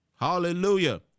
Hallelujah